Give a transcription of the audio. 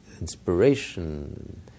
inspiration